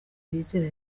bizera